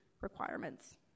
requirements